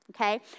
Okay